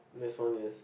this one is